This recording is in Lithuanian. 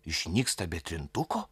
išnyksta be trintuko